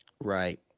Right